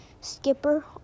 skipper